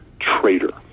traitor